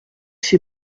ses